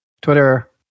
Twitter